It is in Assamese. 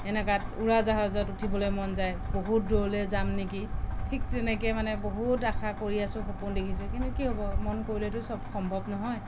এনেকুৱাত উৰাজাহাজত উঠিবলৈ মন যায় বহুত দূৰলৈ যাম নেকি ঠিক তেনেকৈ মানে বহুত আশা কৰি আছো সপোন দেখিছোঁ কিন্তু কি হ'ব মন কৰিলেইতো চব সম্ভৱ নহয়